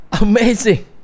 Amazing